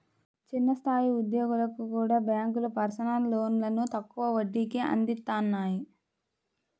చిన్న స్థాయి ఉద్యోగులకు కూడా బ్యేంకులు పర్సనల్ లోన్లను తక్కువ వడ్డీ రేట్లకే అందిత్తన్నాయి